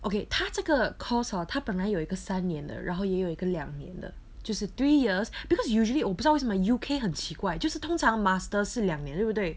okay 他这个 course hor 他本来有一个三年的然后也有一个两年的就是 three years because usually 我不知道为什么 U_K 很奇怪就是通常 master 是两年对不对